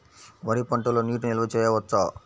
వరి పంటలో నీటి నిల్వ చేయవచ్చా?